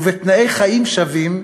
ובתנאי חיים שווים,